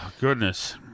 goodness